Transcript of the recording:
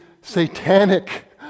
satanic